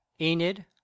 Enid